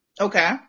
Okay